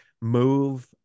move